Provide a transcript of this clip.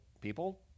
people